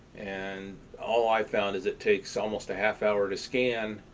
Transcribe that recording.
and all i've found is it takes almost a half-hour to scan,